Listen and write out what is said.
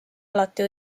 alati